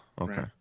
Okay